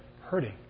hurting